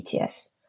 ETS